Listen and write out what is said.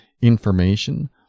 information